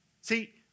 See